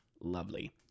Lovely